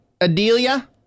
Adelia